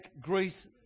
Greece